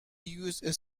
use